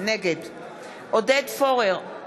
נגד עודד פורר,